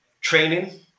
training